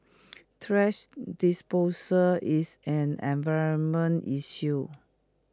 thrash disposal is an environment issue